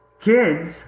kids